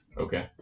Okay